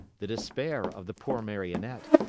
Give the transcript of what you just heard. the despair of the poor marionette.